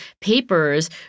papers